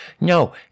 No